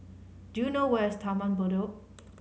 do you know where is Taman Bedok